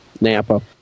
napa